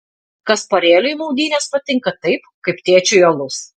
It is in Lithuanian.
kasparėliui maudynės patinka taip kaip tėčiui alus